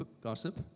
gossip